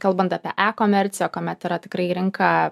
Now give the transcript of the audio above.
kalbant apie e komerciją kuomet yra tikrai rinka